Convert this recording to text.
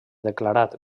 declarat